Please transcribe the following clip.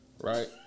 Right